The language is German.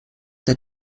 der